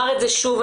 אומר את זה שוב,